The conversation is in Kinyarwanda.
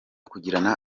kugirana